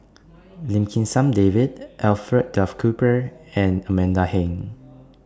Lim Kim San David Alfred Duff Cooper and Amanda Heng